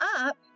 up